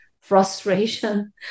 frustration